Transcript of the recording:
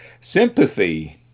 sympathy